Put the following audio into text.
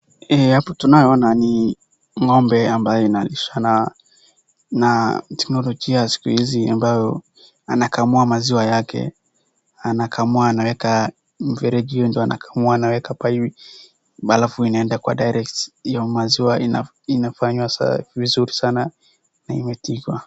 Hii hapo tunayoona ni ng'ombe ambayo inalishana na teknolojia ya siku hizi ambayo anakamua maziwa yake, anakamua anaeka mfereji, hiyo ndio anakamua anaeka kwa hii halafu inaenda kwa direct , hiyo maziwa inafanywa vizuri sana na inatifa.